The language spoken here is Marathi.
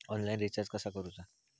ऑनलाइन रिचार्ज कसा करूचा?